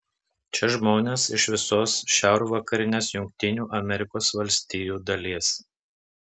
čia žmonės iš visos šiaurvakarinės jungtinių amerikos valstijų dalies